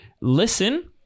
listen